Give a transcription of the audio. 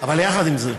אבל יחד עם זה,